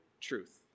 truth